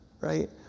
Right